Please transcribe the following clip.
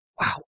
wow